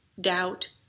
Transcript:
doubt